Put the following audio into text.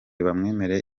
bamwemereye